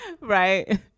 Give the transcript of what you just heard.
Right